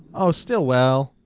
oh, stillwell.